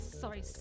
sorry